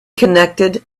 connected